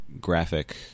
graphic